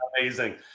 amazing